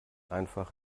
einfach